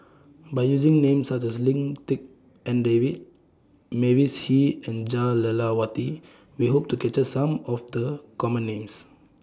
By using Names such as Lim Tik En David Mavis Hee and Jah Lelawati We Hope to capture Some of The Common Names